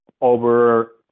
over